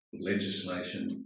legislation